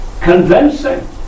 convincing